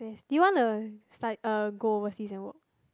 do wanna like stu~ uh go overseas and work